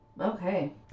Okay